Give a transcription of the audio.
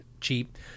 cheap